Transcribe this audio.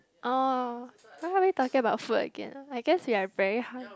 oh why we talking about food again I guess we are very hung~